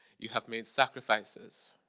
you have made sacrifices,